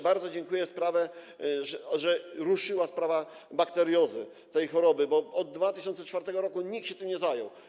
Bardzo dziękuję, że ruszyła sprawa bakteriozy, tej choroby, bo od 2004 r. nikt się tym nie zajął.